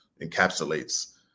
encapsulates